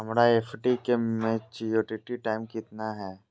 हमर एफ.डी के maturity time कितना है?